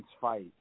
fight